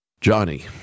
Johnny